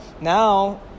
now